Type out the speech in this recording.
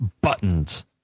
buttons